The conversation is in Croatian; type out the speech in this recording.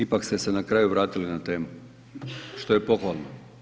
Ipak ste se nakraju vratili na temu što je pohvalno.